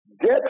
get